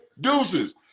deuces